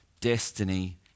destiny